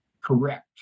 Correct